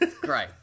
Great